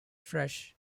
fresh